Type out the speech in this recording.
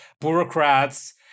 bureaucrats